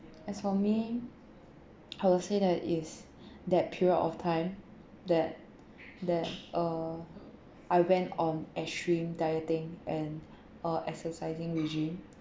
as for me I will say that is that period of time that that uh I went on extreme dieting and uh exercising regime